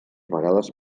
vegades